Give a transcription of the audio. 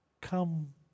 come